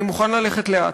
אני מוכן ללכת לאט,